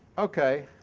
okay,